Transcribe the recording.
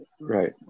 Right